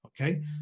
Okay